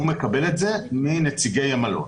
הוא מקבל את זה מנציגי המלון.